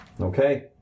Okay